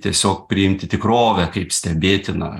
tiesiog priimti tikrovę kaip stebėtiną